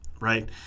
right